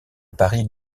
paris